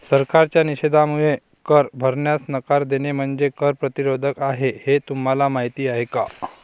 सरकारच्या निषेधामुळे कर भरण्यास नकार देणे म्हणजे कर प्रतिरोध आहे हे तुम्हाला माहीत आहे का